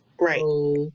Right